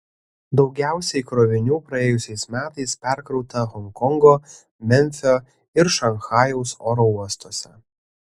daugiausiai krovinių praėjusiais metais perkrauta honkongo memfio ir šanchajaus oro uostuose